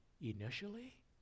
initially